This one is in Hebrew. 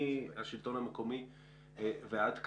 מהשלטון המקומי ועד כאן.